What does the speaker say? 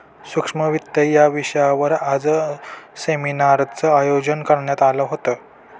सूक्ष्म वित्त या विषयावर आज सेमिनारचं आयोजन करण्यात आलं होतं